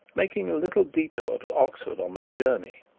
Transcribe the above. making a little detour to oxford on their journey.